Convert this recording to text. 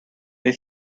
they